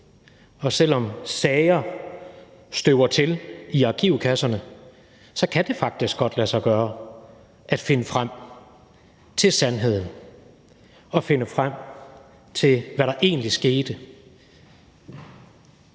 selv om sager støver til i arkivkasserne, faktisk godt kan lade sig gøre at finde frem til sandheden og finde frem til, hvad der egentlig skete,